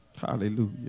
Hallelujah